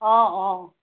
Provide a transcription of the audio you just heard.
অঁ অঁ